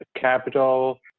capital